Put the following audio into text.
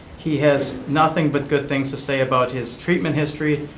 he has nothing but good things to say about his treatment history,